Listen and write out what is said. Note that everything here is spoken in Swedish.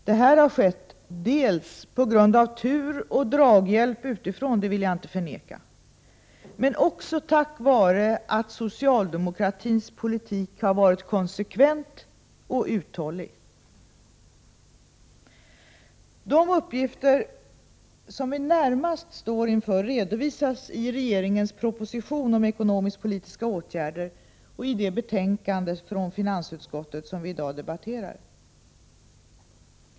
Det här har skett dels på grund av tur och draghjälp utifrån — det vill jag inte förneka —, men dels också tack vare att socialdemokratins politik varit konsekvent och uthållig. De uppgifter som vi närmast står inför redovisas i regeringens proposition om ekonomisk-politiska åtgärder och i det betänkande från finansutskottet som vi i dag debatterar.